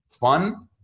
fun